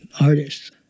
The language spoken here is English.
artists